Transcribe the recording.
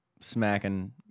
Smacking